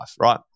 right